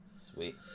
sweet